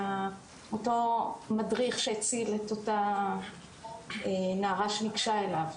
על אותו מדריך שהציל את אותה נערה שנגשה אליו.